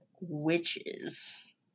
witches